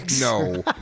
No